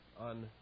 on